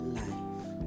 life